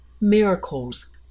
miracles